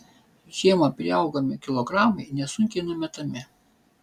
žiemą priaugami kilogramai nesunkiai numetami